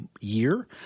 year